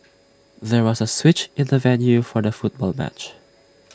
there was A switch in the venue for the football match